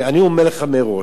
אני אומר לך מראש,